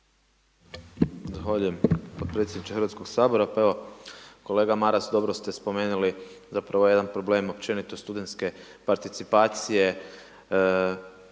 Zahvaljujem potpredsjedniče Hrvatskoga sabora. Pa evo kolega Maras dobro ste spomenuli zapravo jedan problem općenito studentske participacije,